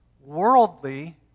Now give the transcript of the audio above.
worldly